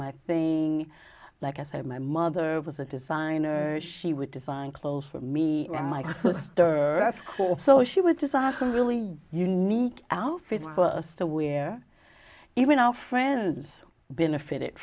my thing like i said my mother was a designer she would design clothes for me my sister so she would just ask really unique outfits for us to wear even our friends benefit